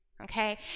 Okay